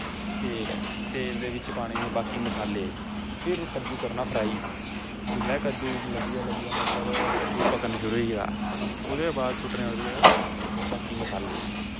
तेल तेल दे बिच्च पाने बाकी मसाले फिर कद्दू करना फ्राई जिसलै कद्दू लग्गेआ लग्गेआ मतलव कद्दू पक्कना शुरु होइया ओह्दै बाद ओह्दै च सुट्टने बाकी मसाले